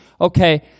Okay